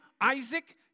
Isaac